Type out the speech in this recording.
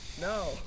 No